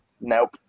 nope